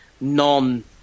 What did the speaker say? non